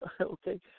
Okay